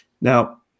Now